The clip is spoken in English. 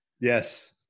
yes